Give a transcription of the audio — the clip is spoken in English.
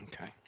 Okay